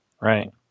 Right